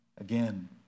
again